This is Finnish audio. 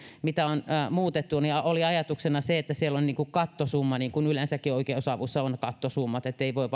mitä on muutettu oli ajatuksena se että siellä on kattosumma niin kuin yleensäkin oikeusavussa on kattosummat että ei voi